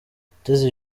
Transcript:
mutesi